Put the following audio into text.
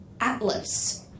Atlas